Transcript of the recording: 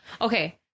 okay